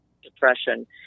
Depression